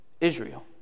Israel